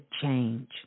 change